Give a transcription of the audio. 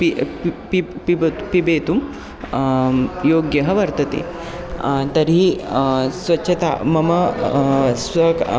P पिब पिबतु पातुं योग्यः वर्तते तर्हि स्वच्छता मम स्वक